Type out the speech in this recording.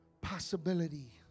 possibility